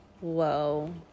whoa